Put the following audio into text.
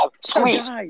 squeeze